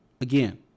again